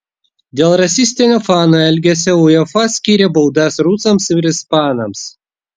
dėl rasistinio fanų elgesio uefa skyrė baudas rusams ir ispanams